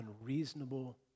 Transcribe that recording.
unreasonable